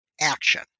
action